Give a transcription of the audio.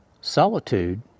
Solitude